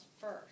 first